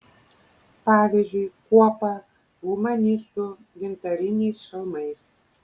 pavyzdžiui kuopą humanistų gintariniais šalmais